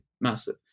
Massive